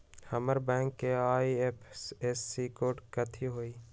हमर बैंक के IFSC code कथि हई?